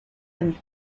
and